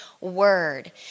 word